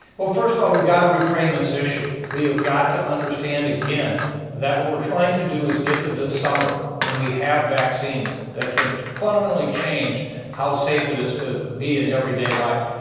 first of all, we've got to refrain this issue. we've got to understand again that what we're trying to do is get to the summer when we have vaccines that can fundamentally change how safe it is to be in everyday life.